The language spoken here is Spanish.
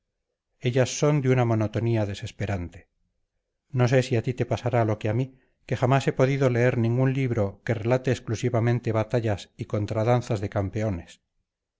ellas son de una monotonía desesperante no sé si a ti te pasará lo que a mí que jamás he podido leer ningún libro que relate exclusivamente batallas y contradanzas de campeones